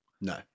No